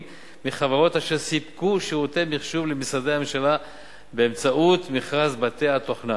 מחברות אשר סיפקו שירותי מחשוב למשרדי הממשלה באמצעות מכרז בתי-התוכנה.